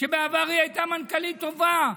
שבעבר הייתה מנכ"לית טובה,